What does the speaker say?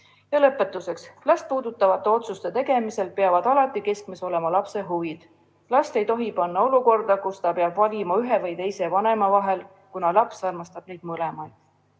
kohtuta. Lõpetuseks. Last puudutavate otsuste tegemisel peavad alati keskmes olema lapse huvid. Last ei tohi panna olukorda, kus ta peab valima ühe või teise vanema vahel, kuna laps armastab neid mõlemaid.